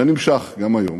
זה נמשך גם היום.